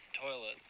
Toilet